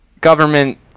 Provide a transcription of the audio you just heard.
government